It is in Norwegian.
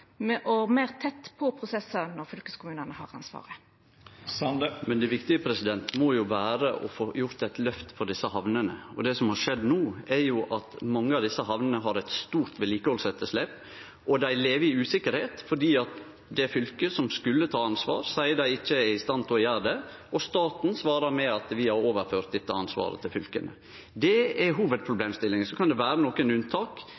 meir tett på prosessane når fylkeskommunane har ansvaret? Det viktige må jo vere å få gjort eit løft for desse hamnene. Det som har skjedd no, er at mange av desse hamnene har eit stort vedlikehaldsetterslep, og dei lever i usikkerheit fordi det fylket som skulle ta ansvar, seier dei ikkje er i stand til å gjere det, og staten svarar med at ein har overført dette ansvaret til fylka. Det er ei hovudproblemstilling. Så kan det vere nokre unntak,